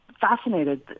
fascinated